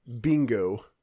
bingo